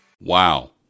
Wow